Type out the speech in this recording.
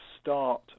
start